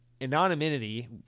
anonymity